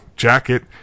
jacket